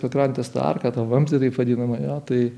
neries pakrantės tą arką tą vamzdį taip vadinamą jo tai